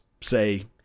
say